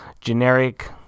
generic